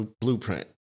blueprint